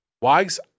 Wags